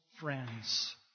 friends